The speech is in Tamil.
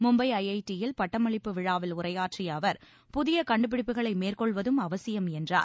மும்பை ஐஐடி யில் பட்டமளிப்பு விழாவில் உரையாற்றிய அவர் புதிய கண்டுபிடிப்புக்களை மேற்கொள்வதும் அவசியம் என்றார்